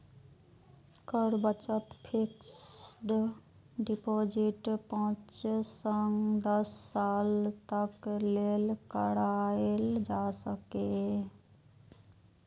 कर बचत fixed deposit पांच सं दस साल तक लेल कराएल जा सकैए